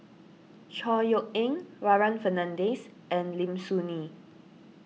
Chor Yeok Eng Warren Fernandez and Lim Soo Ngee